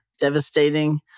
devastating